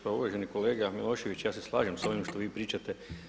Pa uvaženi kolega Milošević, ja se slažem sa ovim što vi pričate.